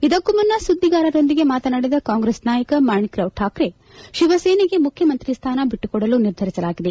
ಇದಕ್ಕೂ ಮುನ್ನ ಸುದ್ವಿಗಾರರೊಂದಿಗೆ ಮಾತನಾಡಿದ ಕಾಂಗ್ರೆಸ್ ನಾಯಕ ಮಾಣಿಕ್ರಾವ್ ಠಾಕ್ರೆ ಶಿವಸೇನೆಗೆ ಮುಖ್ಯಮಂತ್ರಿ ಸ್ಥಾನ ಬಿಟ್ಟುಕೊಡಲು ನಿರ್ಧರಿಸಲಾಗಿದೆ